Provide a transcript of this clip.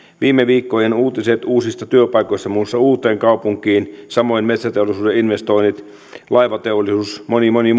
viime viikkojen uutiset uusista työpaikoista muun muassa uuteenkaupunkiin samoin metsäteollisuuden investoinnit laivateollisuus ja moni moni